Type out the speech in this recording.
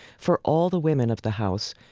for all the women of the house,